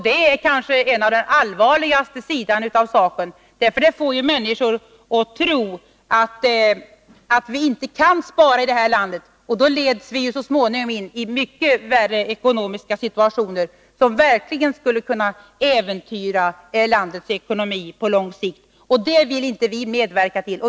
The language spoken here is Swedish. Det är kanske den allvarligaste sidan av saken, därför att det får människor att tro att vi inte kan spara i det här landet, och då leds vi så småningom in i mycket värre ekonomiska situationer, som verkligen skulle kunna äventyra landets ekonomi på lång sikt. Det vill inte vi medverka till.